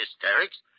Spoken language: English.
hysterics